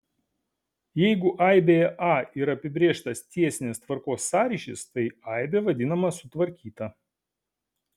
jeigu aibėje a yra apibrėžtas tiesinės tvarkos sąryšis tai aibė vadinama sutvarkyta